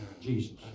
Jesus